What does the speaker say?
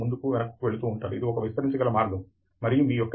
వాటికి జ్ఞాపకశక్తి ఉంటే మనము వాటితో వ్యవహరించే విధానం ప్రత్యేకించి చాలా కష్టం